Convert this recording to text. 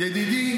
ידידים,